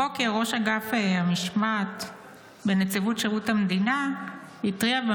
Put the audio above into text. הבוקר ראש אגף המשמעת בנציבות שירות המדינה התריע על